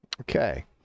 okay